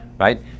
Right